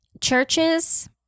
Churches